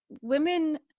women